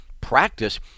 practice